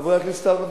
חבר הכנסת הערבים?